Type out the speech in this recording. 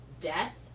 Death